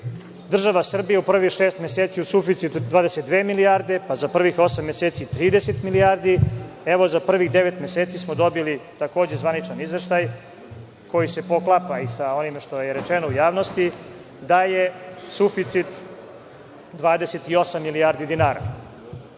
država Srbija u prvih šest meseci u suficitu 22 milijarde, pa za prvih osam meseci 30 milijardi, evo za prvih devet meseci smo dobili, takođe zvaničan izveštaj koji se poklapa i sa onime što je rečeno u javnosti, da je suficit 28 milijardi dinara. Prvo